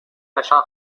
نشان